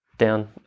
down